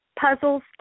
puzzles